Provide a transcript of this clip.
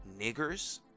niggers